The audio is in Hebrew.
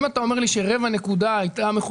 אם אתה אומר שרבע נקודת זיכוי הייתה